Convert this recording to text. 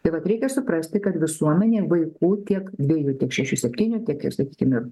tai vat reikia suprasti kad visuomenė vaikų tiek dviejų tiek šešių septynių tiek ir sakykime